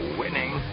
winning